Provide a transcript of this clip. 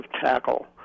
tackle